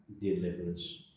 deliverance